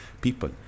people